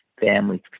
family